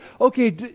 okay